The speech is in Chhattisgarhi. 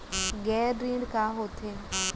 गैर ऋण का होथे?